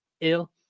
ill